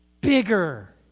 bigger